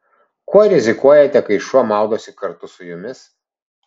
kuo rizikuojate kai šuo maudosi kartu su jumis